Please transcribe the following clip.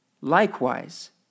Likewise